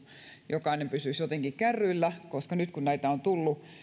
jokainen pysyisi jotenkin kärryillä nyt kun näitä on tullut